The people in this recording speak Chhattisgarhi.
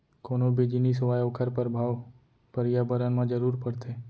कोनो भी जिनिस होवय ओखर परभाव परयाबरन म जरूर परथे